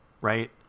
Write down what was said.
Right